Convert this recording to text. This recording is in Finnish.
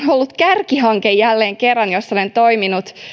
ollut kärkihanke jälleen kerran jossa olen toiminut